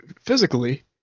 physically